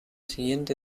siguiente